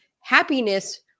happiness